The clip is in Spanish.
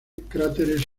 cráteres